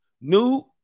New